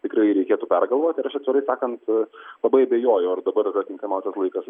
tikrai reikėtų pergalvoti ir aš atvirai sakant labai abejoju ar dabar yra tinkamiausias laikas